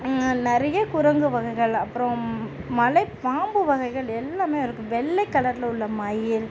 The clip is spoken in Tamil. நிறைய குரங்கு வகைகள் அப்புறம் மலைப்பாம்பு வகைகள் எல்லாமே இருக்கும் வெள்ளை கலரில் உள்ள மயில்